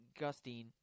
Gustine